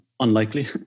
Unlikely